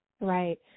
Right